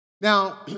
Now